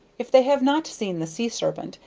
if they have not seen the sea-serpent,